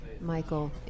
Michael